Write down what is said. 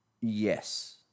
Yes